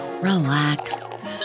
relax